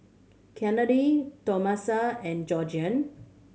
Kennedy Tomasa and Georgiann